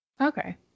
Okay